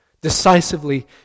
decisively